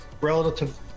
relative